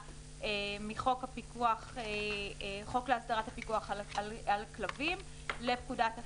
מחוק להסדרת הפיקוח על כלבים לפקודת הכלבת.